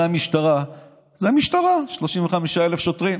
הרי המשטרה זה 35,000 שוטרים,